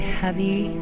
heavy